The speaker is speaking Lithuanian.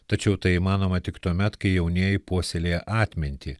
tačiau tai įmanoma tik tuomet kai jaunieji puoselėja atmintį